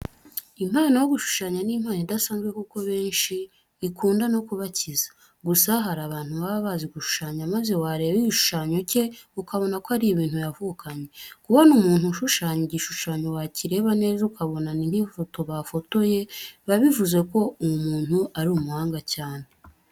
Impano yo gushushanya ni impano idasanzwe kuko abenshi ikunda no kubakiza. Gusa hari abantu baba bazi gushushanya maze wareba igishushanyo cye ukabona ko ari ibintu yavukanye. Kubona umuntu ashushanya igishushanyo wakireba neza ukabona n'inkifoto bafotoye, biba bivuze ko uwo muntu ari umuhanga cyane.